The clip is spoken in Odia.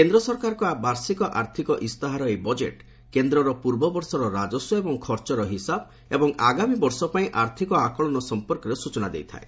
କେନ୍ଦ ସରକାରଙ୍କ ବାର୍ଷିକ ଆର୍ଥକ ଇସ୍ତାହାର ଏହି ବଜେଟ୍ କେନ୍ଦ୍ରର ପୂର୍ବବର୍ଷର ରାଜସ୍ପ ଏବଂ ଖର୍ଚ୍ଚର ହିସାବ ଏବଂ ଆଗାମୀ ବର୍ଷ ପାଇଁ ଆର୍ଥିକ ଆକଳନ ସମ୍ପର୍କରେ ସ୍ତଚନା ଦେଇଥାଏ